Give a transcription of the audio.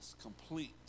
complete